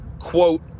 quote